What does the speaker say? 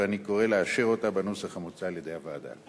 ואני קורא לאשר אותה בנוסח המוצע על-ידי הוועדה.